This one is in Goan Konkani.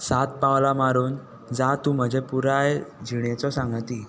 सात पावलां मारून जा तूं म्हजे पुराय जिणेचो सांगाती